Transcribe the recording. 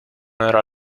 era